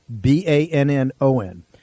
B-A-N-N-O-N